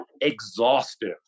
exhaustive